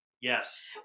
Yes